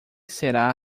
será